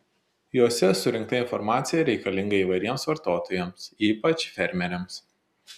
jose surinkta informacija reikalinga įvairiems vartotojams ypač fermeriams